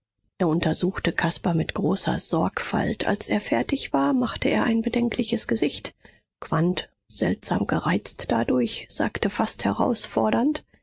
er untersuchte caspar mit großer sorgfalt als er fertig war machte er ein bedenkliches gesicht quandt seltsam gereizt dadurch sagte fast herausfordernd